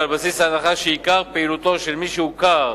ועל בסיס ההנחה שעיקר פעילותו של מי שהוכר